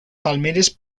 palmeres